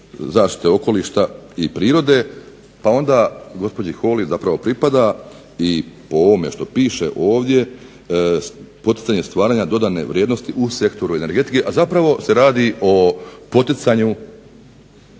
zaštite okoliša i prirode pa onda gospođi Holy zapravo pripada i po ovome što piše ovdje poticanje stvaranja dodane vrijednosti u sektoru energetike, a zapravo se radi o poticanju